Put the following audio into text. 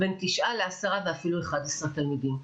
בין תשעה לעשרה ואפילו אחד- עשרה תלמידים.